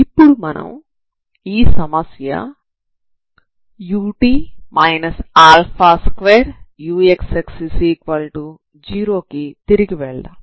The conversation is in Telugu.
ఇప్పుడు మనం ఈ సమస్య ut 2uxx0 కి తిరిగి వెళ్దాం